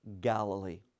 Galilee